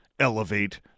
elevate